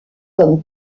comme